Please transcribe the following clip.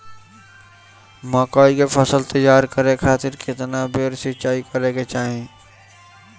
मकई के फसल तैयार करे खातीर केतना बेर सिचाई करे के चाही?